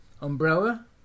umbrella